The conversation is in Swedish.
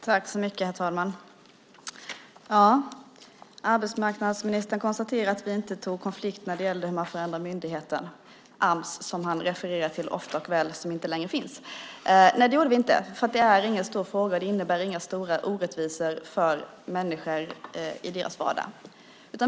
Herr talman! Arbetsmarknadsministern konstaterar att vi inte tog konflikt när det gällde hur man förändrade myndigheten, Ams, som han ofta refererar till och som inte längre finns. Nej, det gjorde vi inte därför att det inte är någon stor fråga. Det innebär inga stora orättvisor för människor i deras vardag.